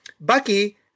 Bucky